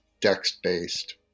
Dex-based